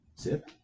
Zip